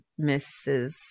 Mrs